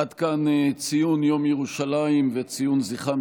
עד כאן ציון יום ירושלים וציון זכרם